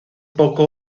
poco